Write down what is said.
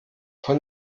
von